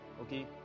okay